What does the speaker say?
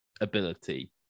ability